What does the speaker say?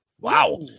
Wow